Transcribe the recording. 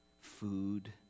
food